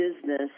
business